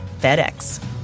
FedEx